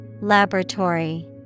Laboratory